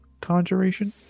conjuration